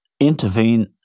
intervene